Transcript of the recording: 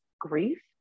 grief